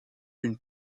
une